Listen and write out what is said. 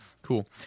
Cool